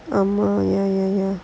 ah ya ah ya